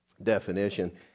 definition